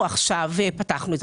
עכשיו פתחנו.